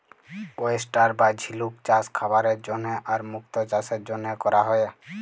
oyster বা ঝিলুক চাস খাবারের জন্হে আর মুক্ত চাসের জনহে ক্যরা হ্যয়ে